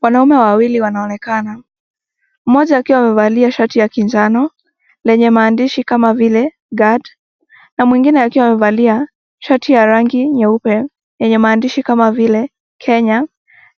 Wanaume wawili wanaonekana mmoja akiwa amevalia shati ya kinjano lenye maandishi kama vile Guid na mwingine akiwa amavalia shati ya rangi nyeupe, yenye maandishi kama vile Kenya